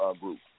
group